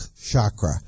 Chakra